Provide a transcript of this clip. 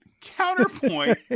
counterpoint